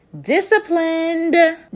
disciplined